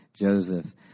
Joseph